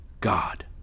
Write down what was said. God